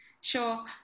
Sure